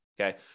okay